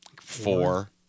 four